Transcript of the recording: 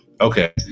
Okay